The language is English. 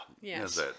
Yes